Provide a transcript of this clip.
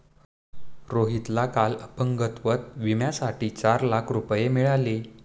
रोहितला काल अपंगत्व विम्यासाठी चार लाख रुपये मिळाले